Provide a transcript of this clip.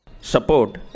support